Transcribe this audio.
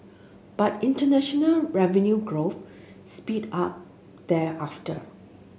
but international revenue growth speed up thereafter